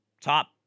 top